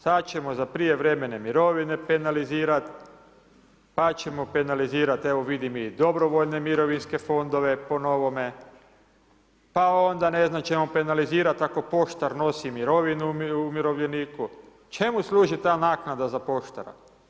Sada ćemo za prijevremene mirovine penalizirati, pa ćemo penalizirati evo vidim i dobrovoljne mirovinske fondove po novome, pa onda ne znam, ćemo penalizirati ako poštar nosi mirovinu umirovljeniku, čemu službi ta naknada za poštara?